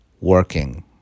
working